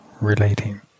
relating